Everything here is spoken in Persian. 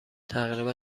تقریبا